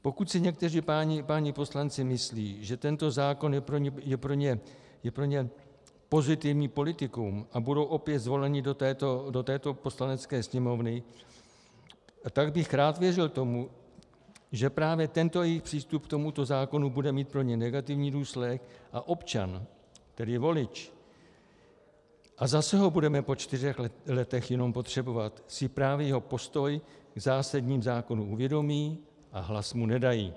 Pokud si někteří páni poslanci myslí, že tento zákon je pro ně pozitivní politikum a budou opět zvoleni do této Poslanecké sněmovny, tak bych rád věřil tomu, že právě tento jejich přístup k tomuto zákonu bude mít pro ně negativní důsledek a občan, tedy volič, a zase ho budeme po čtyřech letech jednou potřebovat, si právě jeho postoj k zásadním zákonům uvědomí a hlas mu nedá.